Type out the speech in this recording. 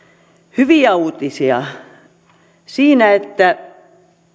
hyviä uutisia on siinä että